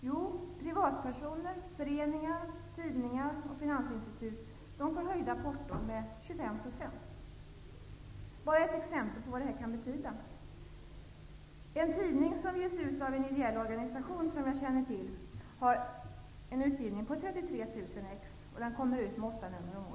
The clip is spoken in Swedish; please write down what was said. Jo, privatpersoner, föreningar, tidningar och finansinstitut får sina porton höjda med 25 %. Bara ett exempel: En tidning som ges ut av en ideell organisation har en utgåva på 33 000 exemplar. Den kommer ut med åtta nummer om året.